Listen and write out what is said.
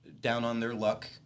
down-on-their-luck